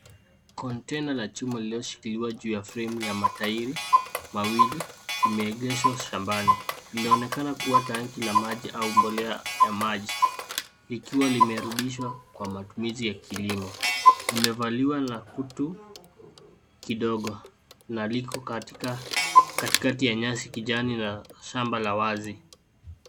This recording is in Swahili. Container la chuma lililoshikiliwa juu ya fremu ya matairi mawili imeegeshwa shambani. Linaonekana kuwa tangi la maji au mbolea ya maji, likiwa limerudishwa kwa matumizi ya kilimo. Imevaliwa la kutu kidogo na liko katikati ya nyasi kijani na shamba la wazi.